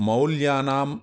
मौल्यानाम्